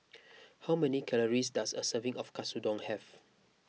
how many calories does a serving of Katsudon have